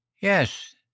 Yes